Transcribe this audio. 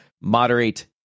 moderate